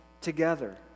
together